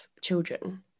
children